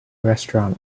restaurant